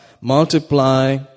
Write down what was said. Multiply